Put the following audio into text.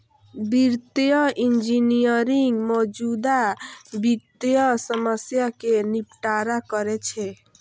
वित्तीय इंजीनियरिंग मौजूदा वित्तीय समस्या कें निपटारा करै छै